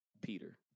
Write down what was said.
Peter